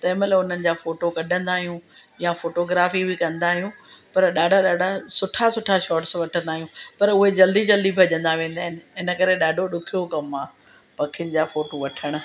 तंहिं महिल उन्हनि जा फ़ोटो कढंदा आहियूं या फ़ोटोग्राफ़ी बि कंदा आहियूं पर ॾाढा ॾाढा सुठा सुठा शोट्स वठंदा आहियूं पर उहे जल्दी जल्दी भॼंदा वेंदा आहिनि इनकरे ॾाढो ॾुखियो कमु आहे पखियुनि जा फ़ोटो वठणु